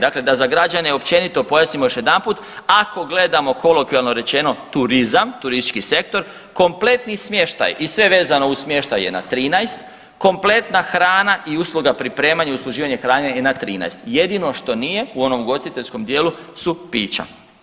Dakle da za građane općenito pojasnimo još jedanput, ako gledamo kolokvijalno rečeno turizam, turistički sektor, kompletni smještaj i sve vezano uz smještaj je na 13, kompletna hrana i usluga pripremanja i usluživanja hrane je na 13, jedino što nije u onom ugostiteljskom dijelu su pića.